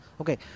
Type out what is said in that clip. Okay